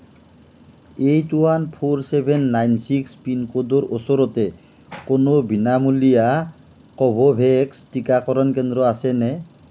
eight one four seven nine six পিনক'ডৰ ওচৰতে কোনো বিনামূলীয়া কোভোভেক্স টীকাকৰণ কেন্দ্ৰ আছেনে